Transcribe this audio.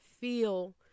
feel